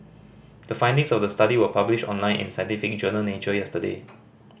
the findings of the study were published online in scientific journal Nature yesterday